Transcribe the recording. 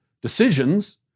decisions—